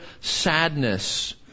sadness